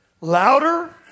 Louder